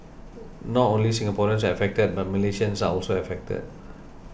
not only Singaporeans are affected but Malaysians are also affected